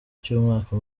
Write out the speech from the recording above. cy’umwaka